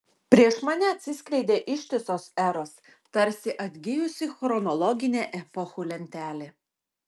prieš mane atsiskleidė ištisos eros tarsi atgijusi chronologinė epochų lentelė